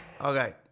Okay